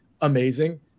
amazing